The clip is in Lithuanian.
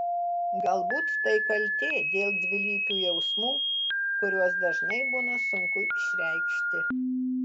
galbūt tai kaltė dėl dvilypių jausmų kuriuos dažnai būna sunku išreikšti